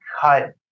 cut